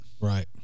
Right